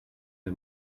the